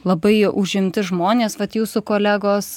labai užimti žmonės vat jūsų kolegos